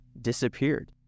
disappeared